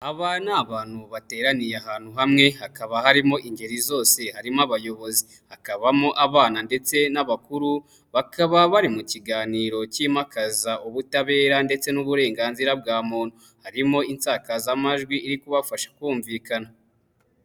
Aba ni abantu bateraniye ahantu hamwe, hakaba harimo ingeri zose harimo abayobozi, hakabamo abana ndetse n'abakuru bakaba bari mu kiganiro kimakaza ubutabera ndetse n'uburenganzira bwa muntu. Harimo insakazamajwi iri kubafasha kumvikana.